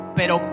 pero